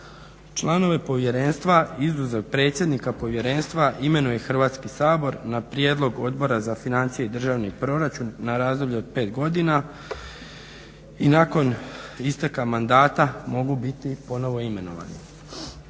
Članove povjerenstva, izuzev predsjednika povjerenstva, imenuje Hrvatski sabor na prijedlog Odbora za financije i državni proračun na razdoblje od 5 godina. I nakon isteka mandata mogu biti ponovno imenovani.